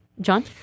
John